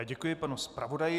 Děkuji panu zpravodaji.